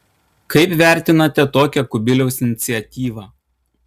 kaip vertinate tokią kubiliaus iniciatyvą